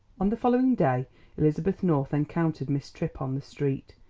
on the following day elizabeth north encountered miss tripp on the street.